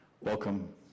Welcome